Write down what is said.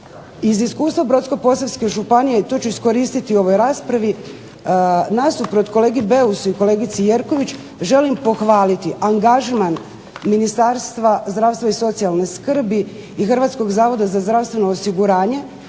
iz iskustva Brodsko-posavske županije tu ću iskoristiti ovoj raspravi, nasuprot kolegi Beusu i kolegici Jerković želim pohvaliti angažman ministarstva zdravstva i socijalne skrbi i Hrvatskog zavoda za zdravstveno osiguranje,